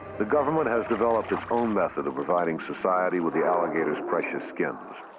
the government has developed a method of providing society with the alligators' precious skins.